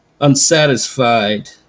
unsatisfied